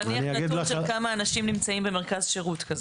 נניח נתון של כמה אנשים נמצאים במרכז שירות כזה.